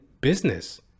business